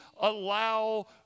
allow